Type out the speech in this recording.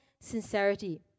sincerity